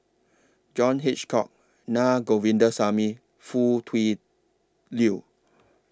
John Hitchcock Na Govindasamy Foo Tui Liew